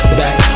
back